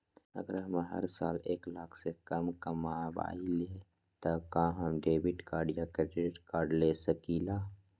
अगर हम हर साल एक लाख से कम कमावईले त का हम डेबिट कार्ड या क्रेडिट कार्ड ले सकीला?